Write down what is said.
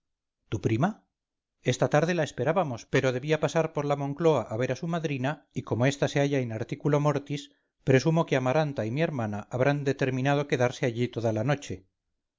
tu prima esta tarde la esperábamos pero debía pasar por la moncloa a ver a su madrina y como ésta se halla in articulo mortis presumo que amaranta y mi hermana habrán determinado quedarse allí toda la noche